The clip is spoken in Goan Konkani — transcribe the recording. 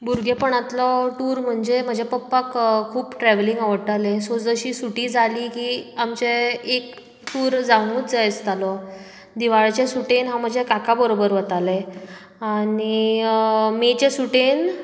भुरगेपणांतलो टुर म्हणजे म्हजे पप्पाक खूब ट्रेवलिंग आवडटाले सो जशी सुटी जाली की आमचे एक टूर जावंकूच जाय आसतालो दिवाळेच्या सुटयेन हांव म्हज्या काका बरोबर वतालें आनी मेच्या सुटयेन